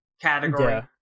category